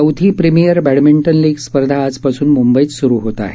चौथी premier badminton league स्पर्धा आजपासून मुंबईत सुरु होत आहे